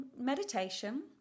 meditation